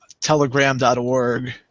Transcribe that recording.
telegram.org